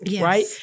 Right